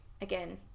again